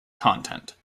content